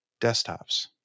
desktops